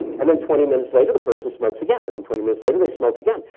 and then twenty minutes later the person smokes again, and then twenty minutes later they smoke again.